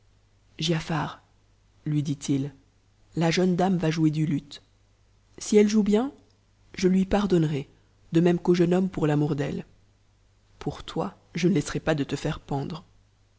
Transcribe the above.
t lui dit-il la jeune dame va jouer du luth si elle joue bien je hn pardonnerai de même qu'au jeune homme pour l'amour d'elle pour ni je ne laisserai pas de te faire pendre